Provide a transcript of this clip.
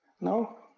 No